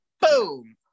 boom